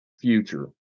future